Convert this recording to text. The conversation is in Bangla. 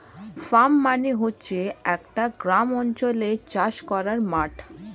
ফার্ম মানে হচ্ছে একটা গ্রামাঞ্চলে চাষ করার মাঠ